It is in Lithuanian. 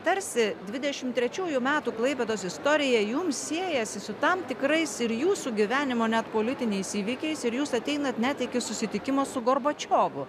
tarsi dvidešimt trečiųjų metų klaipėdos istorija jums siejasi su tam tikrais ir jūsų gyvenimo net politiniais įvykiais ir jūs ateinat net iki susitikimo su gorbačiovu